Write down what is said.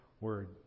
word